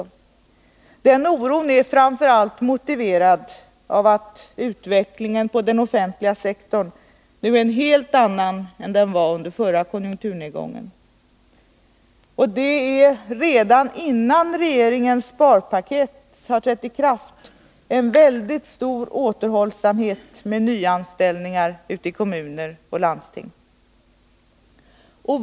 Och den oron är framför allt motiverad av att utvecklingen på den offentliga sektorn nu är en helt annan än den var under förra konjunkturnedgången. Det är redan innan regeringens sparpaket träder i kraft en väldigt stor återhållsamhet med nyanställningar ute i kommuner och landsting.